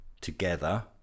together